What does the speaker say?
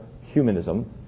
humanism